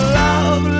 love